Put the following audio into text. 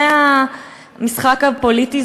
זה המשחק הפוליטי,